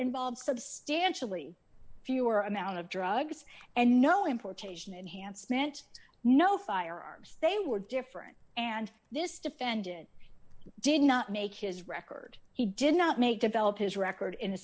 involves substantially fewer amount of drugs and no importation enhancement no firearms they were different and this defendant did not make his record he did not make develop his record in a